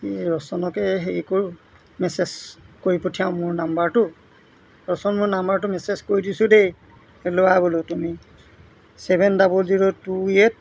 এই ৰচনকে হেৰি কৰোঁ মেছেজ কৰি পঠিয়াও মোৰ নাম্বাৰটো ৰচন মোৰ নাম্বাৰটো মেছেজ কৰি দিছোঁ দেই লোৱা বোলো তুমি seven double zero two eight